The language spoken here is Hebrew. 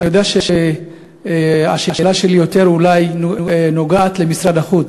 אני יודע שהשאלה שלי אולי נוגעת יותר למשרד החוץ.